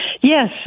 Yes